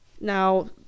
Now